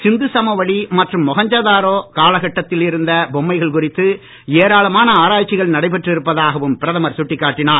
இந்துச் சமவெளி மற்றும் மொகஞ்சதாரோ காலகட்டத்தில் இருந்த பொம்மைகள் குறித்து ஏராளமான ஆராய்ச்சிகள் நடைபெற்று இருப்பதாகவும் பிரதமர் சுட்டிக்காட்டினார்